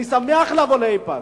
אני שמח לבוא לוועידת איפא"ק.